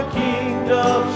kingdom